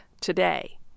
today